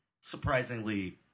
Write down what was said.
surprisingly